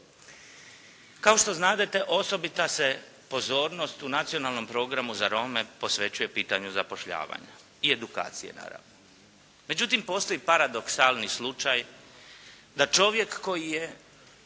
Kao što znadete osobita se pozornost u Nacionalnom programu za Rome posvećuje pitanju zapošljavanja i edukaciji naravno. Međutim, postoji paradoksalni slučaj da čovjek koji je